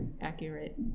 accurate